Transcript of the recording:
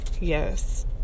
yes